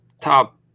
top